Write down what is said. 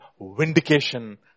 vindication